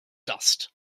dust